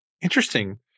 Interesting